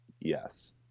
Yes